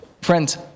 Friends